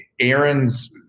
Aaron's